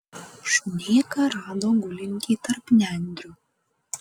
šunėką rado gulintį tarp nendrių